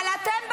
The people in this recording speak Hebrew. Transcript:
אבל אתם בשלטון.